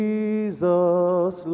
Jesus